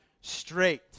straight